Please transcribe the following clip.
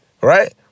right